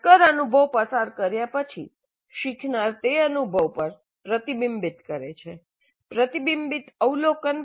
નક્કર અનુભવ પસાર કર્યા પછી શીખનાર તે અનુભવ પર પ્રતિબિંબિત કરે છે પ્રતિબિંબિત અવલોકન